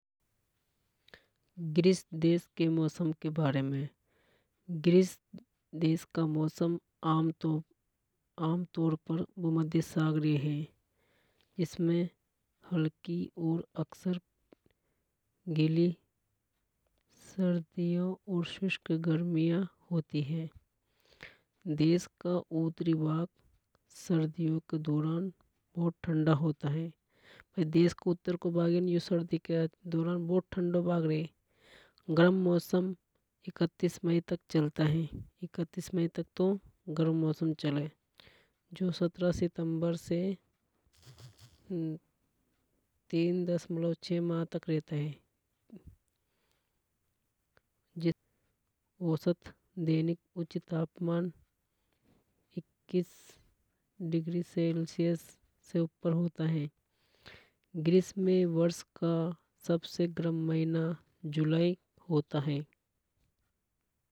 ग्रीस देश के मौसम के बारे में ग्रीस देश का मौसम आमतौर पर भूमध्यसागरीय है। इसमें हल्की और अक्सर गीली सर्दियां और गर्मियां होती है। देश का उतरी भाग सर्दियों के दौरान बहुत ठंडा होता है। देश को उत्तर को भाग हे नि यो सर्दी के दौरान बहुत ठंडा भाग रे। गर्म मौसम इकतीस मई तक चलता है। इकतीस मई तक तो गर्म मौसम चले जो सतरा सितम्बर से तीन दशमलव छः माह तक रहता है। औसत दैनिक उच्च तापमान इक्कीस डिग्री सेल्सियस से ऊपर होता है। ग्रीस में वर्ष का सबसे गर्म महीना जुलाई होता है।